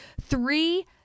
three